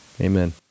Amen